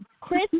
Chris